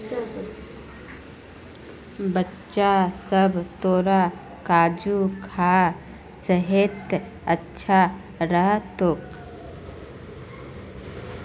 बच्चा सब, तोरा काजू खा सेहत अच्छा रह तोक